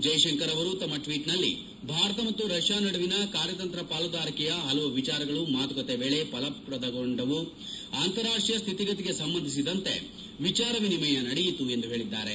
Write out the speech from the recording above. ಜೈಶಂಕರ್ ಅವರು ತಮ್ಮ ಟ್ವೀಟ್ ನಲ್ಲಿ ಭಾರತ ಮತ್ತು ರಷ್ಯಾ ನಡುವಿನ ಕಾರ್ಯತಂತ್ರ ಪಾಲುದಾರಿಕೆಯ ಹಲವು ವಿಚಾರಗಳು ಮಾತುಕತೆ ವೇಳಿ ಪ್ರತಿಫಲನಗೊಂಡವು ಅಂತಾರಾಷ್ಟೀಯ ಸ್ಥಿತಿಗತಿಗೆ ಸಂಬಂಧಿಸಿದಂತೆ ವಿಚಾರ ವಿನಿಮಯ ನಡೆಯಿತು ಎಂದು ಹೇಳಿದ್ದಾರೆ